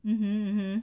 mm mm